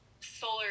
solar